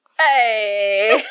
Hey